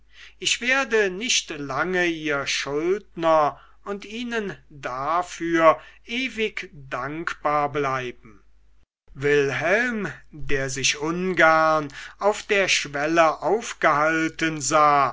ich werde nicht lange ihr schuldner und ihnen dafür ewig dankbar bleiben wilhelm der sich ungern auf der schwelle aufgehalten sah